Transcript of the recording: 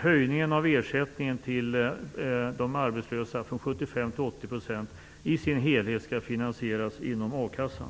Höjningen av ersättningen till de arbetslösa från 75 % till 80 % skall i sin helhet finansieras inom a-kassan.